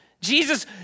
Jesus